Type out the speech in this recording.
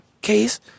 case